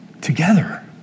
together